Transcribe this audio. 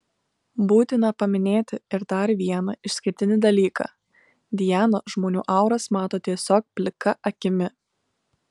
būtina paminėti ir dar vieną išskirtinį dalyką diana žmonių auras mato tiesiog plika akimi